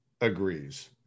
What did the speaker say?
agrees